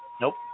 Nope